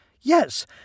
Yes